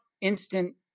instant